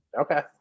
Okay